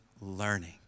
learning